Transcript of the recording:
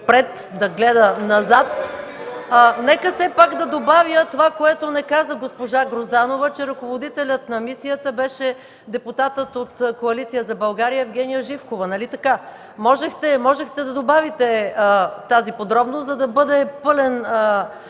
добавите тази подробност, за да бъде пълен